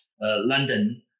london